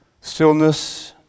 Stillness